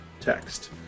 text